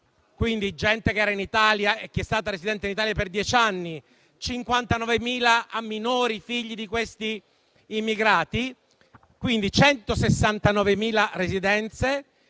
(quindi, gente che è stata residente in Italia per dieci anni, 59.000 minori figli di questi immigrati), quindi 169.000 residenze.